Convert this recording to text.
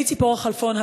אני ציפורה חלפון,